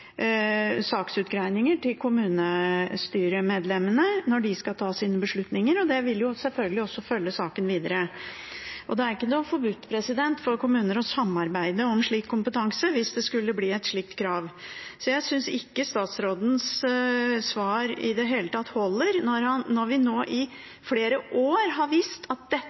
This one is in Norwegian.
til kommunestyremedlemmene når de skal ta sine beslutninger. Det vil selvfølgelig også følge saken videre. Det er ikke forbudt for kommuner å samarbeide om slik kompetanse hvis det skulle bli et slikt krav. Jeg synes ikke statsrådens svar i det hele tatt holder når vi nå i flere år har visst at dette er problemet – det